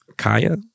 Kaya